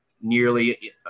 nearly